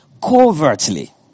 covertly